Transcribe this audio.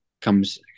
comes